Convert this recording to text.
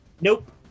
Nope